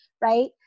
right